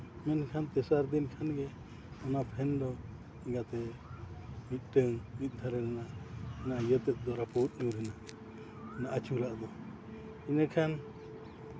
ᱢᱮᱱᱠᱷᱟᱱ ᱛᱮᱥᱟᱨ ᱫᱤᱱ ᱠᱷᱟᱱᱜᱮ ᱚᱱᱟ ᱯᱷᱮᱱ ᱫᱚ ᱡᱟᱛᱮ ᱢᱤᱫᱴᱟᱹᱱ ᱢᱤᱫ ᱫᱷᱟᱨᱮᱱᱟᱜ ᱚᱱᱮ ᱤᱭᱟᱹ ᱛᱮᱫ ᱫᱚ ᱨᱟᱹᱯᱩᱫ ᱮᱱᱟ ᱟᱹᱪᱩᱨᱟᱜ ᱫᱚ ᱤᱱᱟᱹ ᱠᱷᱟᱱ